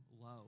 low